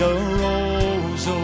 arose